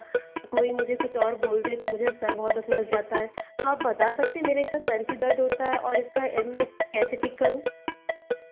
कोई मुझे कुछ और बोल दे तो मुझे सर बहुत दुखने लग जाता है आप बता सकते हैं मेरा इतना सर क्यों दर्द होता है और इसका कैसे ठीक करूँ